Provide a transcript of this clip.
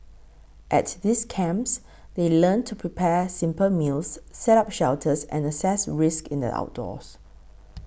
at these camps they learn to prepare simple meals set up shelters and assess risks in the outdoors